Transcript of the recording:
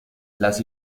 las